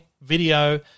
video